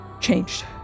changed